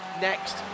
next